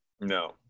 No